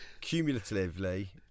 cumulatively